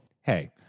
hey